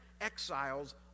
exiles